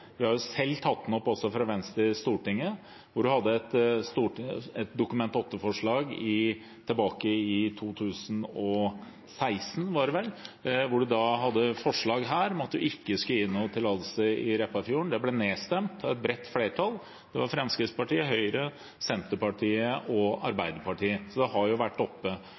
Vi i Venstre har selv vært med på å ta det opp i Stortinget i et Dokument 8-forslag – i 2015, var det vel – hvor man hadde forslag om at man ikke skulle gi noen tillatelse i Repparfjorden. Det ble nedstemt av et bredt flertall – Fremskrittspartiet, Høyre, Senterpartiet og Arbeiderpartiet. Så det har vært oppe